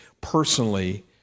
personally